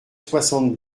soixante